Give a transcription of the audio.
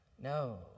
No